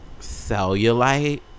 cellulite